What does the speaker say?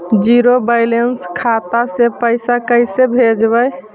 Zero balance खाता से पैसा कैसे भेजबइ?